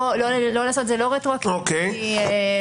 לא לעשות רטרואקטיבית.